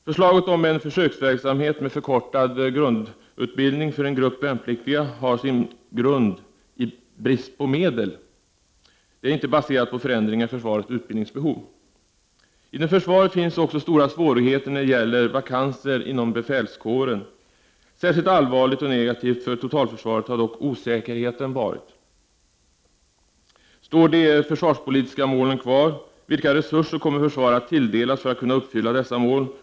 Förslaget om en försöksoch totalfi örsvarets grund i brist på medel. Det är alltså inte baserat på förändringar i försvarets utbildningsbehov. Inom försvaret finns också stora svårigheter när det gäller vakanser inom befälskåren. Särskilt allvarlig och negativ för totalförsvaret har dock osäkerheten varit. Står de försvarspolitiska målen kvar? Vilka resurser kommer försvaret att tilldelas för att kunna uppfylla dessa mål?